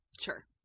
Sure